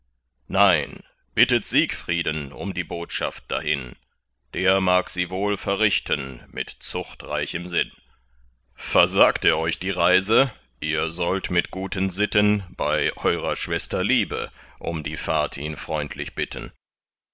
nein bittet siegfrieden um die botschaft dahin der mag sie wohl verrichten mit zuchtreichem sinn versagt er euch die reise ihr sollt mit guten sitten bei eurer schwester liebe um die fahrt ihn freundlich bitten